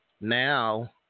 now